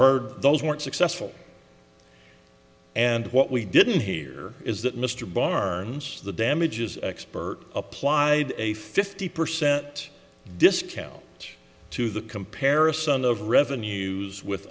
heard those weren't successful and what we didn't hear is that mr barnes the damages expert applied a fifty percent discount to the comparison of revenues with